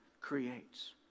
creates